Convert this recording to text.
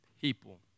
people